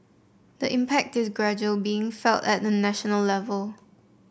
the impact is gradually being felt at the national level